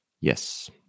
Yes